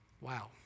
Wow